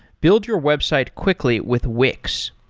build your website quickly with wix.